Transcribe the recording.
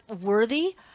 worthy